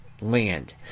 land